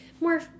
more